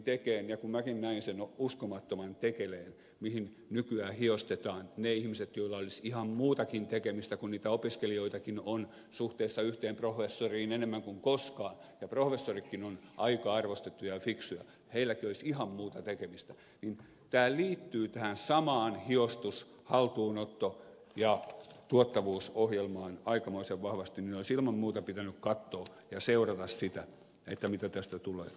kun minäkin näin sen uskomattoman tekeleen mihin nykyään hiostetaan ne ihmiset joilla olisi ihan muutakin tekemistä kun niitä opiskelijoitakin on suhteessa yhteen professoriin enemmän kuin koskaan ja professoritkin ovat aika arvostettuja ja fiksuja heilläkin olisi ihan muuta tekemistä niin tämä liittyy tähän samaan hiostus haltuunotto ja tuottavuusohjelmaan aikamoisen vahvasti ja olisi ilman muuta pitänyt katsoa ja seurata sitä mitä tästä tulee